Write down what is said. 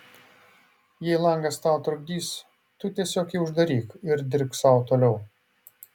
jei langas tau trukdys tu tiesiog jį uždaryk ir dirbk sau toliau